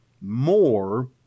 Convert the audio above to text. more